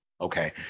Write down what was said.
Okay